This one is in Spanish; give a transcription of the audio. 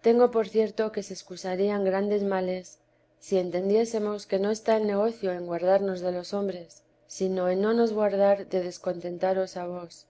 tengo por cierto que se excusarían grandes males si entendiésemos que no está el negocio en guardarnos de los hombres sino en no nos guardar de descontentaros a vos vos